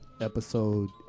episode